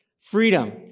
Freedom